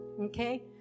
okay